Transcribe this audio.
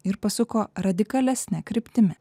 ir pasuko radikalesne kryptimi